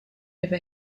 over